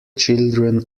children